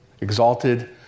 exalted